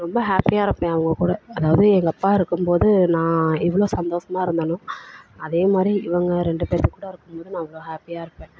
ரொம்ப ஹேப்பியாக இருப்பேன் அவங்கக் கூட அதாவது எங்கள் அப்பா இருக்கும் போது நான் எவ்வளோ சந்தோஷமா இருந்தேனோ அதே மாதிரி இவங்க ரெண்டு பேர்த்துக் கூட இருக்கும் போது நான் அவ்வளோ ஹேப்பியாக இருப்பேன்